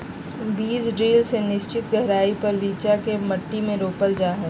बीज ड्रिल से निश्चित गहराई पर बिच्चा के मट्टी में रोपल जा हई